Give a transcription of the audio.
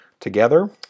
together